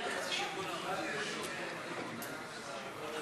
ההסתייגות (8)